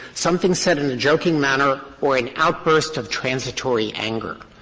something said in a joking manner, or an outburst of transitory anger.